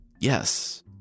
Yes